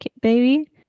baby